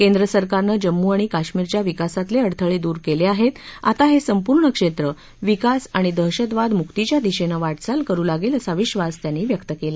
केंद्र सरकारनं जम्मू आणि काश्मीरच्या विकासातले अडथळे दूर केले आहेत आता हे संपूर्ण क्षेत्र विकास आणि दहशतवादमुक्तीच्या दिशेनं वाटचाल करू लागेल असा विश्वास शाह यांनी व्यक्त केला